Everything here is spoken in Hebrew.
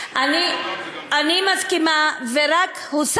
אולי לא נצביע על זה ותביאי הרחבה על כל השירות הציבורי ונצביע בעד.